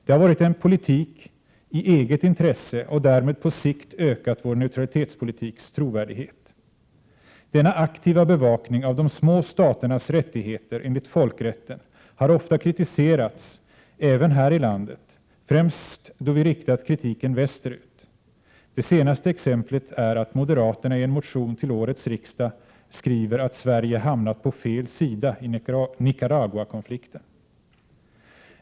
Det har varit en politik i eget intresse och därmed på sikt ökat vår neutralitetspolitiks trovärdighet. Denna aktiva bevakning av de små staternas rättigheter enligt folkrätten har ofta kritiserats även här i landet — främst då vi riktat kritiken västerut. Det senaste exemplet är att moderaterna i en motion till årets riksdag skriver att Sverige hamnat på fel sida i Nicaraguakonflikten.